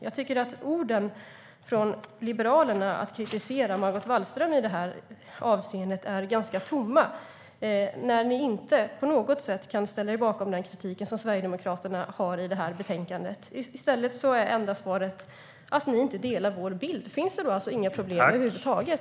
Jag tycker att orden från Liberalerna där ni kritiserar Margot Wallström i detta avseende är ganska tomma när ni inte på något sätt kan ställa er bakom den kritik som Sverigedemokraterna har i detta betänkande. I stället är det enda svaret från er att ni inte delar vår bild. Finns det alltså inga problem över huvud taget?